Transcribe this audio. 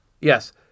Yes